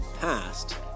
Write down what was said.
past